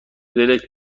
دلت